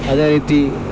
ಅದೇ ರೀತಿ